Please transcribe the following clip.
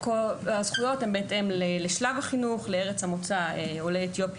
הזכויות הן בהתאם לשלב החינוך ולארץ המוצא: עולה אתיופי